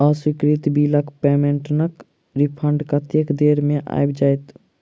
अस्वीकृत बिलक पेमेन्टक रिफन्ड कतेक देर मे आबि जाइत?